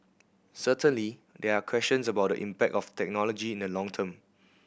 certainly there are questions about the impact of technology in the long term